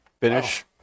finish